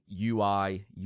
UI